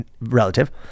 relative